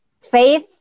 faith